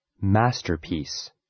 Masterpiece